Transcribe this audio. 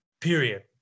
period